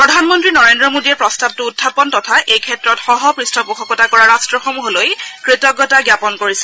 প্ৰধানমন্ত্ৰী নৰেন্দ্ৰ মোদীয়ে প্ৰস্তাৱটো উত্থাপন তথা এই ক্ষেত্ৰত সহঃপৃষ্ঠপোষকতা কৰা ৰাষ্টসমূহলৈ কৃতজ্ঞতা জ্ঞাপন কৰিছে